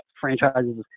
franchises